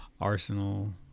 Arsenal